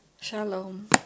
Shalom